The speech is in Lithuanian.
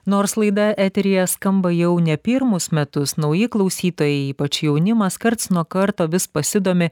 nors laida eteryje skamba jau ne pirmus metus nauji klausytojai ypač jaunimas karts nuo karto vis pasidomi